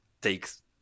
takes